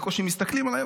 בקושי מסתכלים עליי,